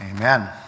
amen